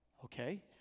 Okay